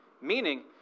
Meaning